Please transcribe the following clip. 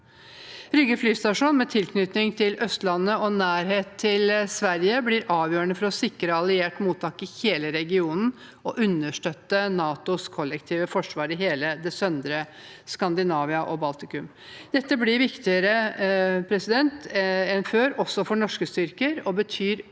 Rygge flystasjon, med tilknytning til Østlandet og nærhet til Sverige, blir avgjørende for å sikre alliert mottak i hele regionen og understøtte NATOs kollektive forsvar i hele det søndre Skandinavia og Baltikum. Dette blir viktigere enn før også for norske styrker og betyr økt